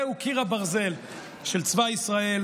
זהו קיר הברזל של צבא ישראל,